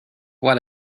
what